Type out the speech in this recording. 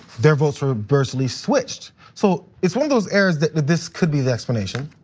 their votes were bursley switched. so it's one of those areas that this could be the explanation,